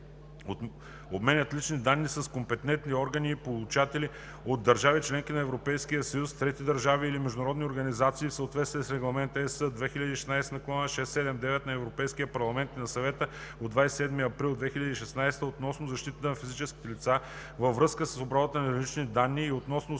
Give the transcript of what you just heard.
обменят лични данни с компетентни органи и получатели от държави – членки на Европейския съюз, трети държави или международни организации в съответствие с Регламент (ЕС) 2016/679 на Европейския парламент и на Съвета от 27 април 2016 г. относно защитата на физическите лица във връзка с обработването на лични данни и относно